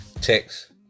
text